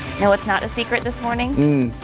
no it's not a secret this morning.